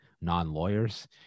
non-lawyers